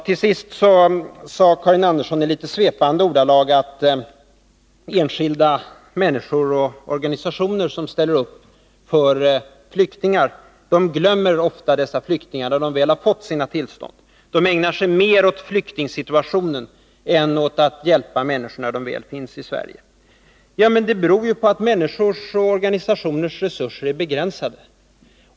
Till sist sade Karin Andersson i litet svepande ordalag att enskilda människor och organisationer som ställer upp för flyktingar ofta glömmer dessa flyktingar då dessa väl fått sina tillstånd, att de ägnar sig mera åt flyktingsituationen än åt att hjälpa människor när de väl finns i Sverige. Men det beror på att människornas och organisationernas resurser är begränsade.